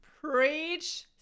Preach